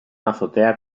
azotea